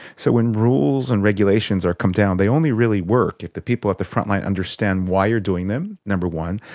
so when rules and regulations come down, they only really work if the people at the front line understand why you're doing them, number one,